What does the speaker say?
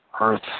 Earth